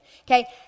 okay